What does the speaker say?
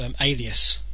alias